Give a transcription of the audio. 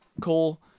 Cole